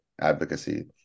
advocacy